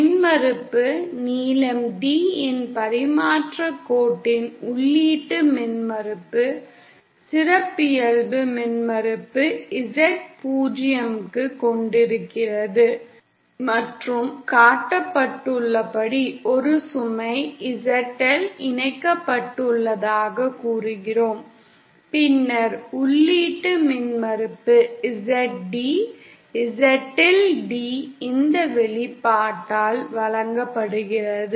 மின்மறுப்பு நீளம் D இன் பரிமாற்றக் கோட்டின் உள்ளீட்டு மின்மறுப்பு சிறப்பியல்பு மின்மறுப்பு Z 0 ஐக் கொண்டிருக்கிறது மற்றும் காட்டப்பட்டுள்ளபடி ஒரு சுமை ZL இணைக்கப்பட்டுள்ளதாகக் கூறுகிறோம் பின்னர் உள்ளீட்டு மின்மறுப்பு Z D Z இல் D இந்த வெளிப்பாட்டால் வழங்கப்படுகிறது